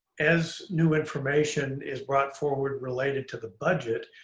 as new information is brought forward related to the budget,